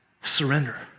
surrender